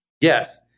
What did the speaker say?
Yes